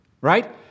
Right